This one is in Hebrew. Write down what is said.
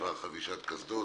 בדבר חבישת קסדות,